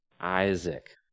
Isaac